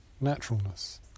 naturalness